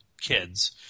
kids